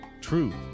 Truth